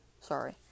Sorry